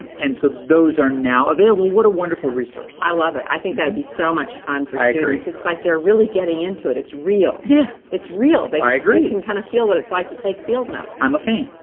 and so those are now available. what a wonderful resource. i love it. i think that would be so much fun for students. i agree. it's it's like they're really getting into it, it's real. yeah. it's real. but i agree. they can kind of feel what it's like to take field notes. i'm a fan.